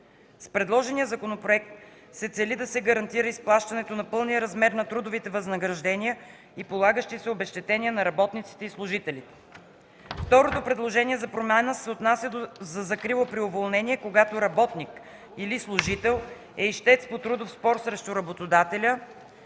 С предложения законопроект се цели да се гарантира изплащането на пълния размер на трудовите възнаграждения и полагащите се обезщетения на работниците и служителите. Второто предложение за промяна се отнася за закрила при уволнение, когато работник или служител е ищец по трудов спор срещу работодателя,